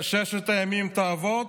"ששת ימים תעבוד